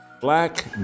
black